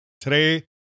Today